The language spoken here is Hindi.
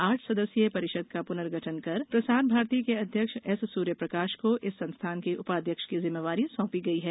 आठ सदस्यीय परिषद का पुनर्गठन कर प्रसार भारती के अध्यक्ष एस सूर्यप्रकाश को इस संस्थान के उपाध्यक्ष की जिम्मेदारी सौंपी गयी है